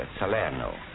Salerno